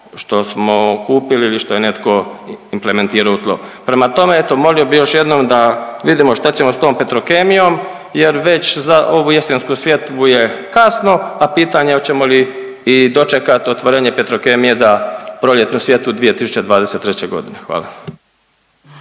što smo kupili ili što je netko implementirao u tlo. Prema tome, eto molio bih još jednom da vidimo što ćemo s tom Petrokemijom jer već za ovu jesensku sjetvu je kasno, a pitanje jel ćemo li i dočekati otvorenje Petrokemije za proljetnu sjetvu 2023. godine. Hvala.